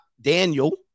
Daniel